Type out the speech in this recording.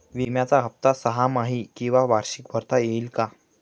विम्याचा हफ्ता सहामाही किंवा वार्षिक भरता येईल का?